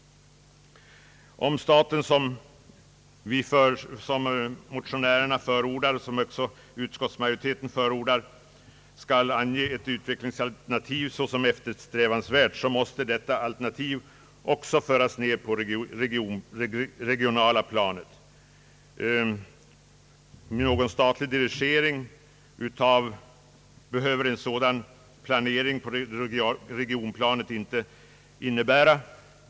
Om staten — som motionärerna och också utskottsmajoriteten förordar — skall ange ett utvecklingsalternativ som eftersträvansvärt så måste detta alternativ också föras ned på det regionala planet. Någon statlig dirigering behöver en sådan planering på regionplanet inte innebära.